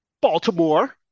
Baltimore